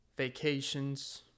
Vacations